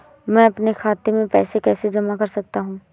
मैं अपने खाते में पैसे कैसे जमा कर सकता हूँ?